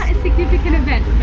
significant event